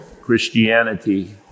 Christianity